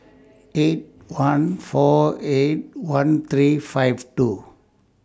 eight one four eight one three five two